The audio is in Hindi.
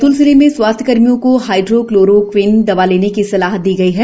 बैतूल जिले में स्वास्थ्य कर्मियों को हाइड्रोक्लोरोक्विन दवा लेने की सलाह दी है